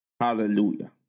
Hallelujah